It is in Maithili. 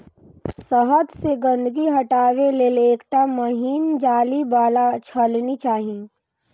शहद सं गंदगी हटाबै लेल एकटा महीन जाली बला छलनी चाही